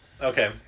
Okay